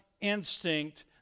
instinct